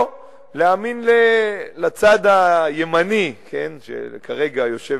או להאמין לצד הימני, שכרגע יושב